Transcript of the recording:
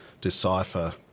decipher